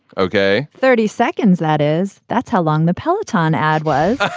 ok. thirty seconds. that is. that's how long the peloton ad was